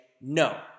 no